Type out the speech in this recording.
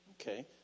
Okay